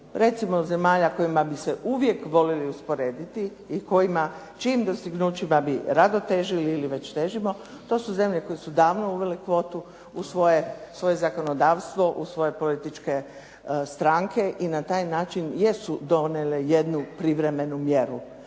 recimo zemalja u kojima bi se uvijek voljeli usporediti i kojima čijim dostignućima bi rado težili ili već težimo, to su zemlje koje su davno uvele kvotu u svoje zakonodavstvo, u svoje političke stranke i na taj način jesu donijele jednu privremenu mjeru